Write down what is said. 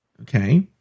okay